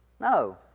No